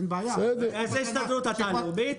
מאיזה הסתדרות אתה?